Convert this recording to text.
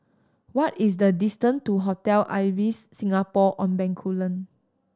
what is the distance to Hotel Ibis Singapore On Bencoolen